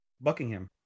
Buckingham